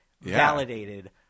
validated